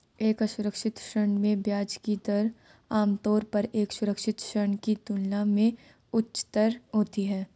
एक असुरक्षित ऋण में ब्याज की दर आमतौर पर एक सुरक्षित ऋण की तुलना में उच्चतर होती है?